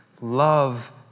love